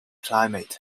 climate